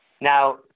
Now